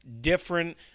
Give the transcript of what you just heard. different